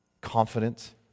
confidence